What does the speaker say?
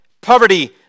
poverty